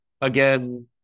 again